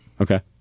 Okay